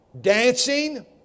dancing